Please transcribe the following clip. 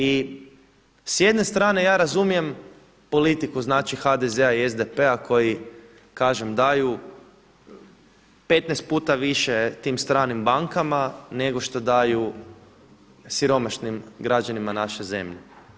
I s jedne strane ja razumijem politiku znači HDZ-a i SDP-a koji kažem daju 15 puta više tim stranim bankama nego što daju siromašnim građanima naše zemlje.